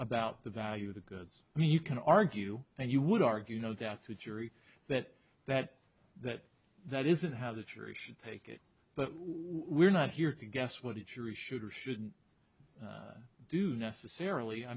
about the value of the goods i mean you can argue and you would argue no that the jury that that that that isn't how the jury should take it but we're not here to guess what it sure is should or shouldn't do necessarily i